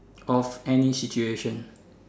of any situation